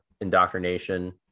indoctrination